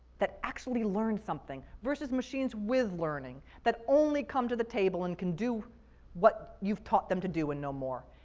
that actually learn something. versus machines with learning, that only come to the table and can do what you've taught them to do and no more.